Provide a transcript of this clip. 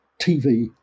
TV